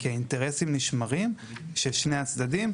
כי האינטרסים של שני הצדדים נשמרים.